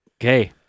Okay